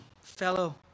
fellow